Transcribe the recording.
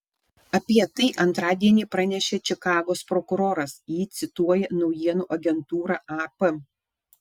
apie tai antradienį pranešė čikagos prokuroras jį cituoja naujienų agentūra ap